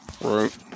Right